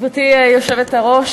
גברתי היושבת-ראש,